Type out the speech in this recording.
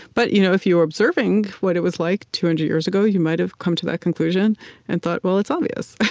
but you know if you were observing what it was like two and hundred years ago, you might have come to that conclusion and thought, well, it's obvious.